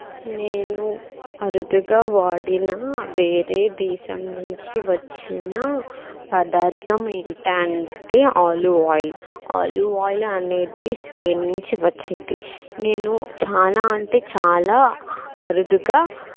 నేను అరుదుగా వాడిన వేరే దేశం నుంచి వచ్చిన పదార్థం ఏంటంటే ఆలివ్ ఆయిల్ ఆలివ్ ఆయిల్ అనేది స్ప్రేన్ నుంచి వచ్చింది నేను చాలా అంటే చాలా అరుదుగా